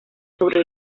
sobre